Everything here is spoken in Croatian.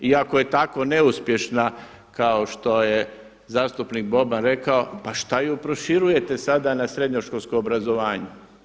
I ako je tako neuspješna kao što je zastupnik Boban rekao, pa šta je proširujete sada na srednjoškolsko obrazovanje.